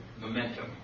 momentum